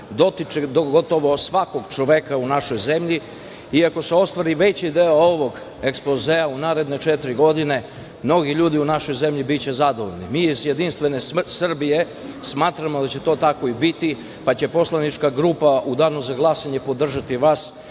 dotiče do gotovo svakog čoveka u našoj zemlji i ako se ostvari veći deo ovog ekspozea u naredne četiri godine, mnogi ljudi u našoj zemlji biće zadovoljni. Mi iz JS smatramo da će to tako i biti pa će poslanička grupa u danu za glasanje podržati vas